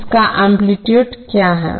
इसका एम्पलीटूडे क्या है